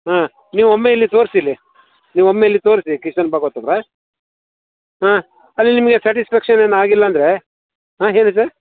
ಹಾಂ ನೀವೊಮ್ಮೆ ಇಲ್ಲಿ ತೋರಿಸಿ ಇಲ್ಲಿ ನೀವೊಮ್ಮೆ ಇಲ್ಲಿ ತೋರಿಸಿ ಕಿಶನ್ ಭಾಗವತ್ ಹತ್ತಿರ ಹಾಂ ಅಲ್ಲಿ ನಿಮಗೆ ಸ್ಯಾಟಿಸ್ಫ್ಯಾಕ್ಷನ್ ಏನಾಗಿಲ್ಲಾಂದ್ರೆ ಹಾಂ ಹೇಳಿ ಸರ್